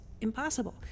impossible